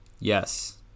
yes